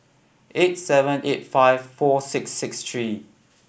eight seven eight five four six six three